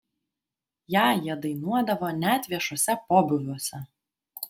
ją jie dainuodavo net viešuose pobūviuose